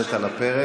עומדת על הפרק.